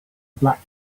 black